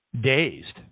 dazed